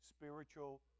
spiritual